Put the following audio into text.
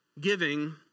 Giving